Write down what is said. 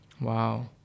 Wow